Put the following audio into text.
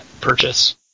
purchase